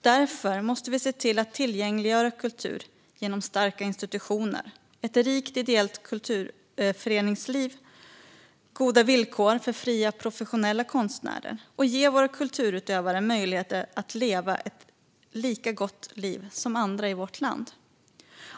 Därför måste vi se till att tillgängliggöra kultur genom starka institutioner, ett rikt ideellt kulturföreningsliv och goda villkor för fria professionella konstnärer. Vi måste ge våra kulturutövare möjligheter att leva ett lika gott liv som andra i vårt land lever.